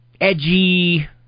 edgy